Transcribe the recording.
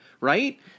Right